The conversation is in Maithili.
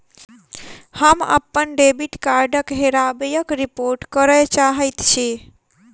हम अप्पन डेबिट कार्डक हेराबयक रिपोर्ट करय चाहइत छि